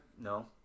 No